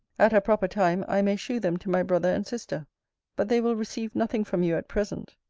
at a proper time, i may shew them to my brother and sister but they will receive nothing from you at present.